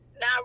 Now